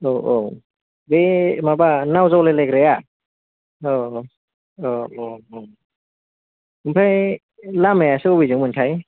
औ औ बे माबा नाव जावलाय लायग्राया औ औ औ ओमफ्राय लामायासो अबेजों मोनथाय